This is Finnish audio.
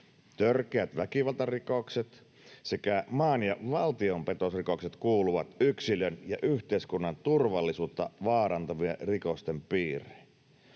törkeät väkivaltarikokset sekä maan- ja valtiopetosrikokset kuuluvat yksilön ja yhteiskunnan turvallisuutta vaarantavien rikosten piiriin.